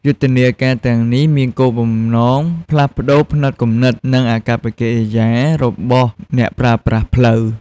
យុទ្ធនាការទាំងនេះមានគោលបំណងផ្លាស់ប្តូរផ្នត់គំនិត និងអាកប្បកិរិយារបស់អ្នកប្រើប្រាស់ផ្លូវ។